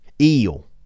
Eel